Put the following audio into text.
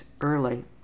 Early